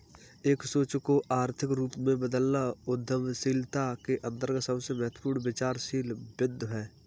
एक सोच को आर्थिक रूप में बदलना उद्यमशीलता के अंतर्गत सबसे महत्वपूर्ण विचारशील बिन्दु हैं